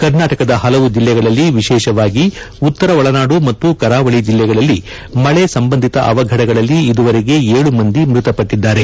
ಕರ್ನಾಟಕದ ಹಲವು ಜಿಲ್ಲೆಗಳಲ್ಲಿ ವಿಶೇಷವಾಗಿ ಉತ್ತರ ಒಳನಾದು ಮತ್ತು ಕರಾವಳಿ ಜಿಲ್ಲೆಗಳಲ್ಲಿ ಮಳೆ ಸಂಬಂಧಿತ ಅವಘಡಗಳಲ್ಲಿ ಇದುವರೆಗೆ ಏಳು ಮಂದಿ ಮೃತಪಟ್ಟಿದ್ದಾರೆ